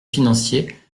financier